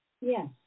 Yes